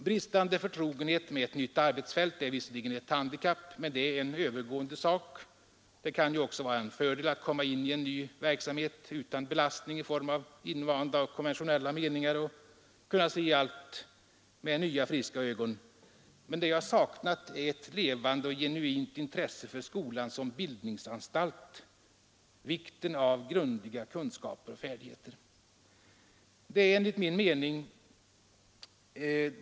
Bristande förtrogenhet med ett nytt arbetsfält är visserligen ett handikapp men det är en övergående sak — det kan ju också vara fördel att komma in i en verksamhet utan belastning i form av invanda och konventionella meningar och kunna se allt med nya, friska ögon. Men det jag saknat är levande och genuint intresse för skolan som bildningsanstalt, förmågan att inse vikten av grundliga kunskaper och färdigheter.